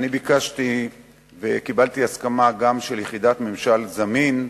ביקשתי וגם קיבלתי הסכמה של יחידת מינהל זמין,